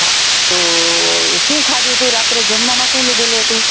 હાં તો શું ખાધું હતુ રાત્રે જમવામાં શું લીધેલું